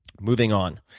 moving on,